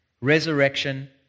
resurrection